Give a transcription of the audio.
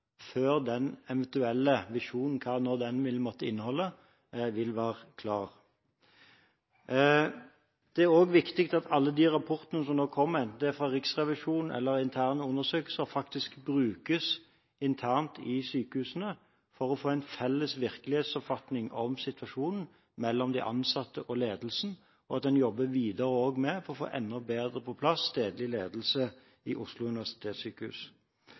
før den eventuelle visjonen, hva nå den vil måtte inneholde, vil være klar. Det er også viktig at alle de rapportene som nå kommer, enten det er fra Riksrevisjonen eller interne undersøkelser, faktisk brukes internt i sykehusene for å få en felles virkelighetsoppfatning av situasjonen mellom de ansatte og ledelsen, og at en også jobber videre for å få enda bedre på plass stedlig ledelse i Oslo universitetssykehus.